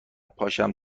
پاشم